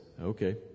okay